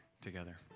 together